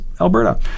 Alberta